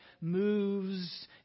moves